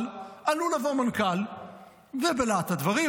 אבל עלול לבוא מנכ"ל ובלהט הדברים,